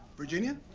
virginia?